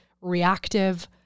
reactive